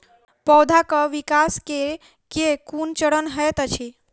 पौधाक विकास केँ केँ कुन चरण हएत अछि?